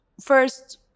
first